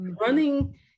running